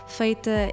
feita